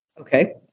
Okay